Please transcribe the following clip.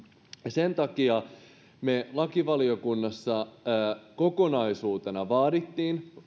sen takia me lakivaliokunnassa kokonaisuutena vaadimme